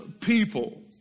people